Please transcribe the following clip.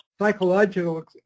Psychological